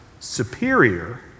superior